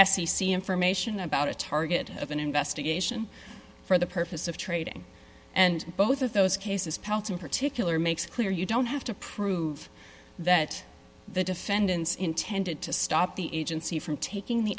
c information about a target of an investigation for the purpose of trading and both of those cases pelts in particular makes clear you don't have to prove that the defendants intended to stop the agency from taking the